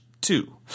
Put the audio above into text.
two